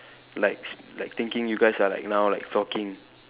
like s like thinking you guys are like now like talking